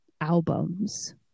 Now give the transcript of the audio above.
albums